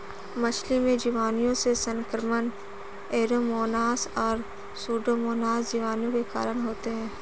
मछली में जीवाणुओं से संक्रमण ऐरोमोनास और सुडोमोनास जीवाणु के कारण होते हैं